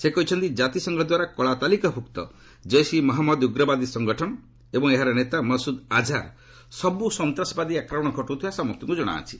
ସେ କହିଛନ୍ତି ଜାତିସଂଘ ଦ୍ୱାରା କଳାତାଲିକା ଭୁକ୍ତ ଜୈସ୍ ଇ ମହମ୍ମଦ ଉଗ୍ରବାଦୀ ସଂଗଠନ ଏବଂ ଏହାର ନେତା ମସ୍ତଦ ଆଝାର୍ ସବ୍ ସନ୍ତାସବାଦୀ ଆକ୍ରମଣ ଘଟଉଥିବା ସମସ୍ତଙ୍କୁ ଜଣାଅଛି